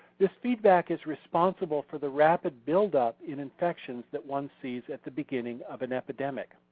this feedback is responsible for the rapid buildup in infections that ones sees at the beginning of an epidemic.